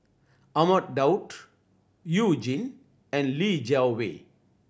Ahmad Daud You Jin and Li Jiawei